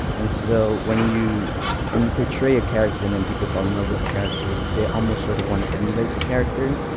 and so when you when you portray a character and then people fall in love with the character, they almost sort of want to emulate the character.